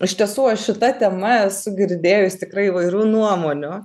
iš tiesų aš šita tema esu girdėjus tikrai įvairių nuomonių